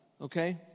Okay